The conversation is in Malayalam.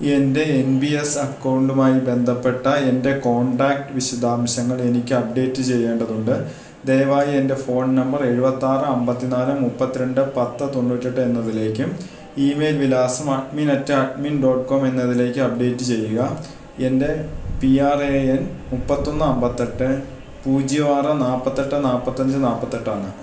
എൻ്റെ എൻ പി എസ് അക്കൗണ്ടുമായി ബന്ധപ്പെട്ട എൻ്റെ കോൺടാക്റ്റ് വിശദാംശങ്ങളെനിക്ക് അപ്ഡേറ്റ് ചെയ്യേണ്ടതുണ്ട് ദയവായി എൻ്റെ ഫോൺ നമ്പർ എഴുപത്തിയാറ് അമ്പത്തിനാല് മുപ്പത്തിരണ്ട് പത്ത് തൊണ്ണൂറ്റിയെട്ട് എന്നതിലേക്കും ഇമെയിൽ വിലാസം admin at admin dot com എന്നതിലേക്കും അപ്ഡേറ്റ് ചെയ്യുക എൻ്റെ പി ആർ എ എൻ മുപ്പത്തിയൊന്ന് അമ്പത്തിയെട്ട് പൂജ്യം ആറ് നാല്പ്പത്തിയെട്ട് നാല്പ്പത്തിയഞ്ച് നാല്പ്പത്തിയെട്ടാണ്